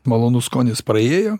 malonus skonis praėjo